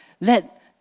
let